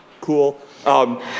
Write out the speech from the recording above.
cool